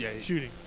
shooting